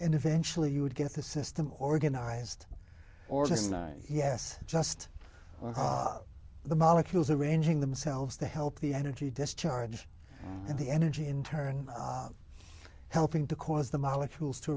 and eventually you would get the system organized or just yes just the molecules arranging themselves to help the energy discharge and the energy in turn helping to cause the molecules to